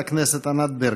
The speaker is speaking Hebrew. חברת הכנסת ענת ברקו.